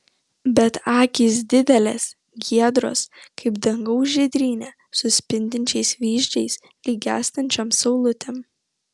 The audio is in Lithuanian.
bet akys didelės giedros kaip dangaus žydrynė su spindinčiais vyzdžiais lyg gęstančiom saulutėm